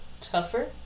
tougher